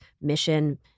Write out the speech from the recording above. mission